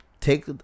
Take